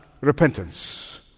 repentance